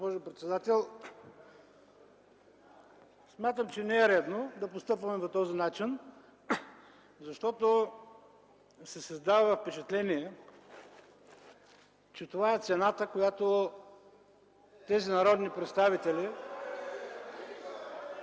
Смятам, че не е редно да постъпваме по този начин, защото се създава впечатление, че това е цената, която тези народни представители